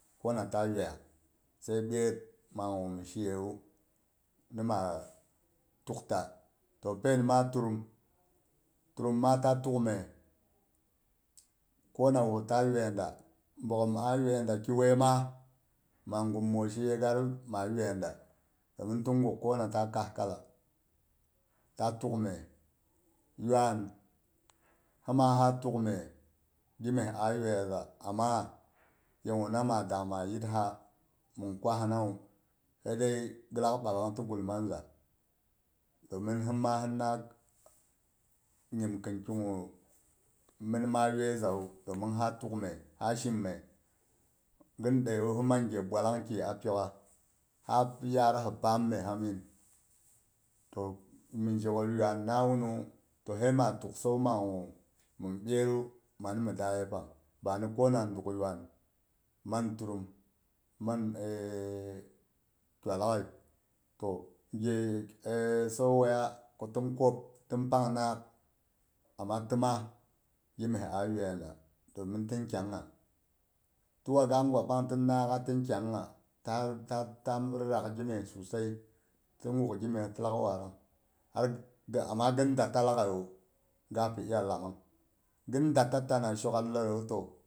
Kona ta yoiya sai byet mangu mi shiyewu, nima tukta. Toh pen ma turum, turum ma ta tuk mye. kona wu ta yoiyi da. Bogghom a yoiyada ki wei ma ma ngum moshi yegaru mah yoiya da, domin tin guk kona ta kah kala, ta tukmye. Lwan hima ha tuk mye, gimyes a yoiyaza. Amma yegu na madang ma yir ha min kwahanawu he dai, glak babang ti gul mang za. Domin himma hina nyim kin kinghu min ma yoi zawu. Domin ha tuk mye ha shimye. Gindeiyu himangye bwalang ki a pyokgha, ha yara hi paam mye ha min. Toh min zheko yuana wunuwu, toh he ma tuksa magu min byerui man mi da yepang. Bani kona nduk yuan nang turun, man e kwa laghai. Toh nghe sou woiya ko tin pwok, tin pang naak amma tima gimye a yoiya nda. domin tin kyangya, tuwa ga ngwa pang tin naakgha tin kyangya ta rirak gi mye sosai. Tin guk gimye ti lak warang amma gindata laghai yu ga piya lamang. gin data ta na shokghar lerewu toh